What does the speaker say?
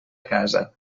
casa